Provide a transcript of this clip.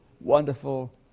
wonderful